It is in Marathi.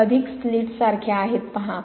ते अधिक slits सारखे आहेत पहा